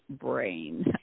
brain